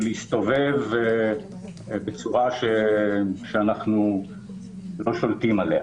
להסתובב בצורה שאנחנו לא שולטים בה,